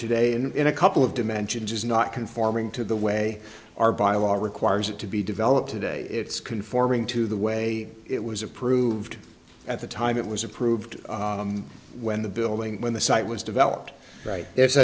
today and in a couple of dimensions is not conforming to the way our bylaws requires it to be developed today it's conforming to the way it was approved at the time it was approved when the building when the site was developed right there s